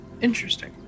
interesting